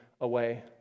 away